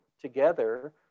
together